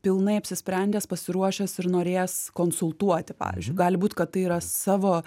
pilnai apsisprendęs pasiruošęs ir norės konsultuoti pavyzdžiui gali būt kad tai yra savo